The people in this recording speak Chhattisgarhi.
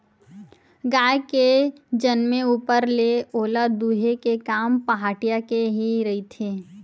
गाय के जनमे ऊपर ले ओला दूहे के काम पहाटिया के ही रहिथे